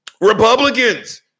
Republicans